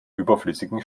überflüssigen